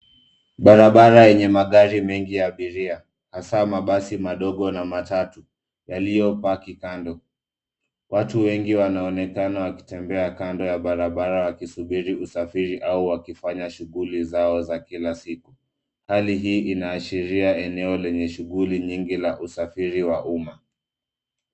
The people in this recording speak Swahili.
Barabara yenye magari mengi ya abiria hasa mabasi madogo na matatu yaliyopaki kando. Watu wengi wanaonekana wakitembea kando ya barabara wakisubiri usafiri au wakifanya shughuli zao za kila siku. Hali hii inaashiria eneo lenye shughuli nyingi la usafiri wa umma.